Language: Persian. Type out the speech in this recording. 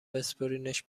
بسپرینش